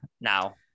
now